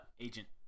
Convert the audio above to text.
Agent